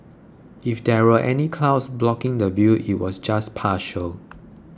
if there were any clouds blocking the view it was just partial